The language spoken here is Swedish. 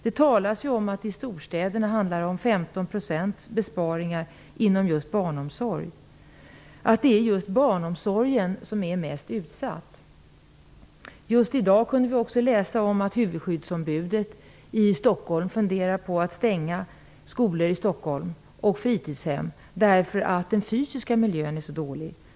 Det talas om 15 % besparingar inom barnomsorgen i storstäderna. Det är just barnomsorgen som är mest utsatt. Just i dag har vi kunnat läsa om att huvudskyddsombudet i Stockholms skolor har funderat på att stänga skolor och fritidshem i Stockholm därför att den fysiska miljön är så dålig.